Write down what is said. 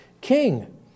king